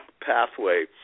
pathway